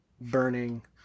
burning